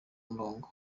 umurongo